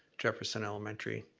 jefferson elementary.